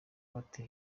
bate